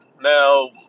Now